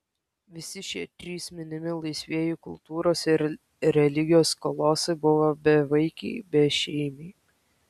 visi šie trys minimi laisvieji kultūros ir religijos kolosai buvo bevaikiai bešeimiai